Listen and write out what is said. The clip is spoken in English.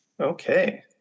Okay